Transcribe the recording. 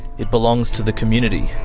it belongs to the community,